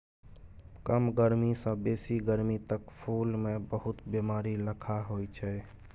कम गरमी सँ बेसी गरमी तक फुल मे बहुत बेमारी लखा होइ छै